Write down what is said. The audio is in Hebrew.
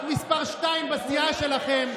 רק מס' שתיים בסיעה שלכם,